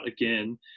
again